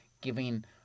giving